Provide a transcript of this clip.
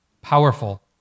Powerful